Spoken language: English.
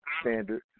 standard